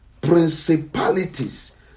principalities